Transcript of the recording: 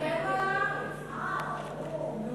אבל